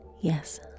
yes